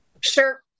Sure